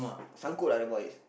sang~ sangkut ah the voice